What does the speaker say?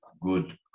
good